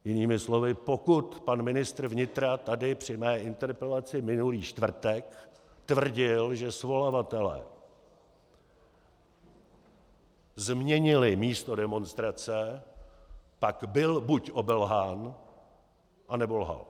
Jinými slovy pokud pan ministr vnitra tady při mé interpelaci minulý čtvrtek tvrdil, že svolavatelé změnili místo demonstrace, tak byl buď obelhán, nebo lhal.